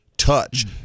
touch